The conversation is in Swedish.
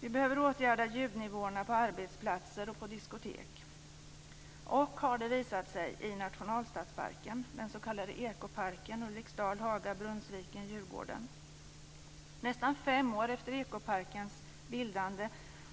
Vi behöver åtgärda ljudnivåerna på arbetsplatser, på diskotek och, har det visat sig, i Nationalstadsparken, den s.k. Ekoparken - Ulriksdal, Haga, Brunnsviken, Djurgården. Nästan fem år efter Ekoparkens bildande